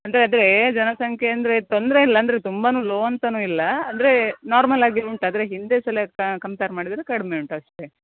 ಅದೇ ಅದೇ ಜನಸಂಖ್ಯೆ ಅಂದರೆ ತೊಂದರೆಯಿಲ್ಲ ಅಂದರೆ ತುಂಬಾನು ಲೋ ಅಂತನು ಇಲ್ಲ ಅಂದರೆ ನಾರ್ಮಲ್ಲಾಗಿ ಉಂಟು ಆದರೆ ಹಿಂದೆ ಸಲಕ್ಕೆ ಕಂಪೇರ್ ಮಾಡಿದರೆ ಕಡಿಮೆ ಉಂಟು ಅಷ್ಟೇ